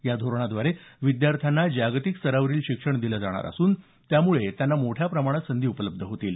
या धोरणाद्वारे विद्यार्थांना जागतिक स्तरावरील शिक्षण दिलं जाणार असून त्यामुळे त्यांना मोठ्या प्रमाणात संधी उपलब्ध होतील